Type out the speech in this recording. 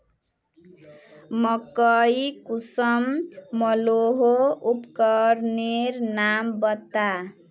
मकई कुंसम मलोहो उपकरनेर नाम बता?